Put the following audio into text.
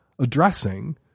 addressing